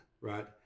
right